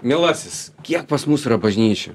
mielasis kiek pas mus yra bažnyčių